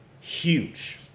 huge